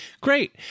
Great